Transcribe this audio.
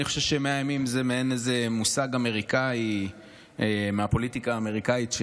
אני חושב שמאה ימים זה מושג אמריקאי שהגיע מהפוליטיקה האמריקאית.